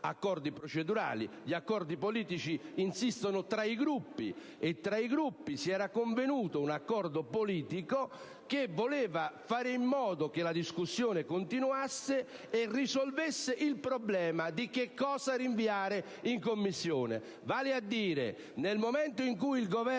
ma procedurali; gli accordi politici insistono tra i Gruppi, tra i quali si era addivenuti ad un'intesa politica che voleva fare in modo che la discussione continuasse e risolvesse il problema di cosa rinviare in Commissione. Vale a dire che, nel momento in cui il Governo